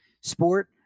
sport